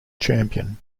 champion